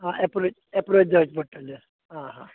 आं approach approach जावचें पडटलें तर आं हां